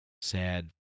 sad